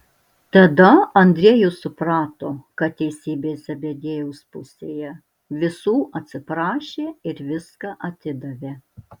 tada andriejus suprato kad teisybė zebediejaus pusėje visų atsiprašė ir viską atidavė